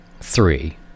three